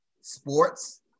sports